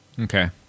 Okay